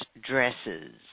dresses